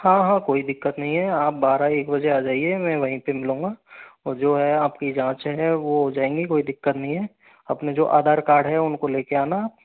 हाँ हाँ कोई दिक्कत नहीं है आप बारह एक बजे आ जाइए मैं वहीं पे मिलूँगा और जो है आपकी जांचें है वो हो जाएंगी कोई दिक्कत नहीं है आपने जो आधार कार्ड है उनको लेके आना